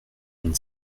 monde